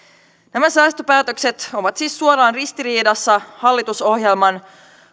nämä säästöpäätökset ovat siis suoraan ristiriidassa hallitusohjelman